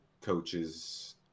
coaches